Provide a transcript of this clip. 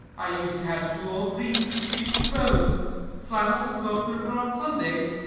i used to have two or three decent suits of clothes, and flannels to go up the river on sundays.